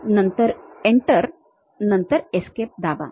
नंतर Enter नंतर Escape दाबा